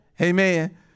Amen